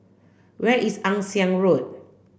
where is Ann Siang Road